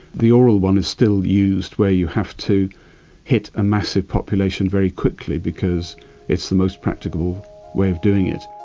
the oral one is still used where you have to hit a massive population very quickly because it's the most practical way of doing it.